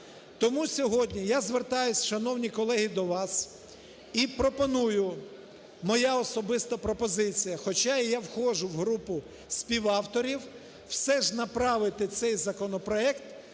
Тому сьогодні я звертаюсь, шановні колеги, до вас і пропоную, моя особиста пропозиція, хоча я входжу в групу співавторів, все ж направити цей законопроект